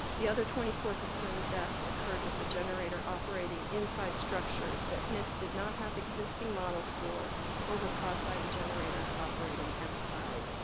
the other twenty four percent of the deaths occurred with a generator operating inside structures that nist did not have existing models for or were caused by the generator operating outside.